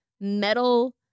metal